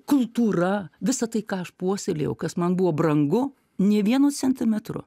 kultūra visa tai ką aš puoselėjau kas man buvo brangu nė vienu centimetru